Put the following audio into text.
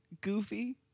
goofy